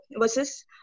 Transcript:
versus